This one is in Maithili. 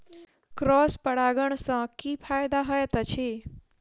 क्रॉस परागण सँ की फायदा हएत अछि?